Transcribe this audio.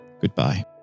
goodbye